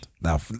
Now